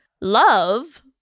love